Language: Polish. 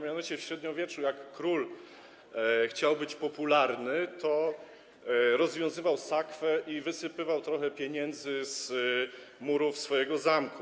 Mianowicie w średniowieczu, jak król chciał być popularny, to rozwiązywał sakwę i wysypywał trochę pieniędzy z murów swojego zamku.